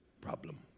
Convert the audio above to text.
problem